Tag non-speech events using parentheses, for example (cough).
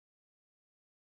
(unintelligible)